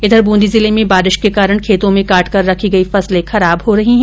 इधर बूंदी जिले में बारिश के कारण खेतों में काट कर रखी गई फसलें खराब हो रही हैं